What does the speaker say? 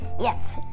Yes